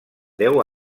deu